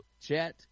chat